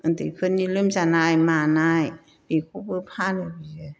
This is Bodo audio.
उन्दैफोरनि लोमजानाय मानाय बेखौबो फानो बियो